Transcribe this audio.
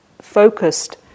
focused